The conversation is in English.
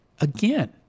again